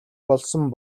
болсон